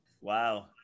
Wow